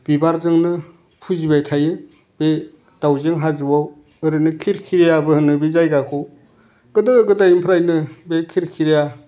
बिबारजोंनो फुजिबाय थायो बे दाउजें हाजोआव ओरैनो खिरखिरियाबो होनो बे जायगाखौ गोदो गोदायनिफ्राइनो बे खिरखिरिया